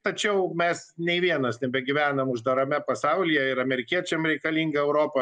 tačiau mes nei vienas nebegyvenam uždarame pasaulyje ir amerikiečiam reikalinga europa